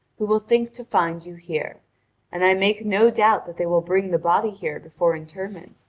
who will think to find you here and i make no doubt that they will bring the body here before interment,